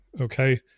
Okay